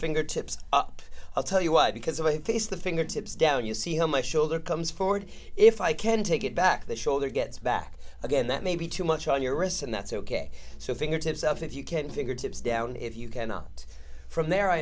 fingertips up i'll tell you why because i face the fingertips down you see how my shoulder comes forward if i can take it back the shoulder gets back again that may be too much on your wrist and that's ok so fingertips up if you can figure tips down if you cannot from there i